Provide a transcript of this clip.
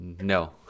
no